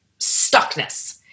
stuckness